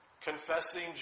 Confessing